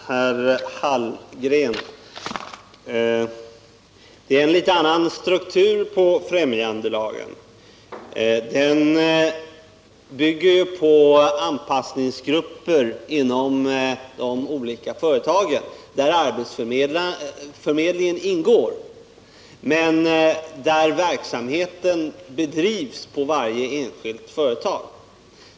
Herr talman! Det är en något annan struktur på främjandelagen, Karl Hallgren. Den bygger ju på anpassningsgrupper inom de olika företagen där arbetsförmedlingen ingår men där verksamheten bedrivs på varje enskilt företag.